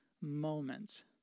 moment